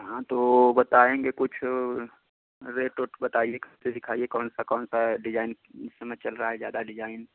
हाँ तो बताएँगे कुछ रेट उट बताइए कर के दिखाइए कौनसा कौनसा डिजाइन चल रह इस समय ज्यादा डिजाइन